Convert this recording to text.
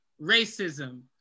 racism